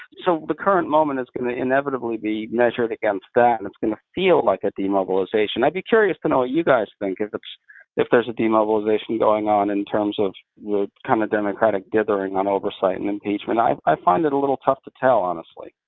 so the current moment is going to inevitably be measured against that, and it's going to feel like a demobilization. be curious to know what you guys think, if if there's a demobilization going on in terms of kind of democratic dithering on oversight and impeachment. i i find it a little tough to tell, honestly.